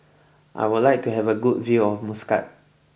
I would like to have a good view of Muscat